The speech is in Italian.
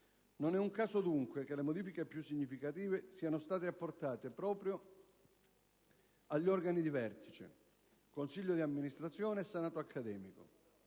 Non è un caso che le modifiche più significative siano state apportate proprio agli organi di vertice, consiglio di amministrazione e senato accademico: